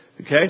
Okay